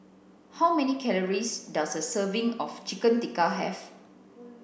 how many calories does a serving of Chicken Tikka have